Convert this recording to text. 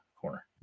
corner